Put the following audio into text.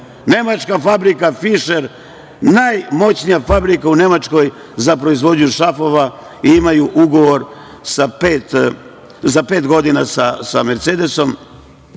Nemačka fabrika „Fišer“, najmoćnija fabrika u Nemačkoj za proizvodnju šrafova, imaju ugovor za pet godina sa "Mercedesom",